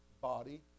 body